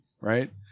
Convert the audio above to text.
right